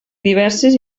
diverses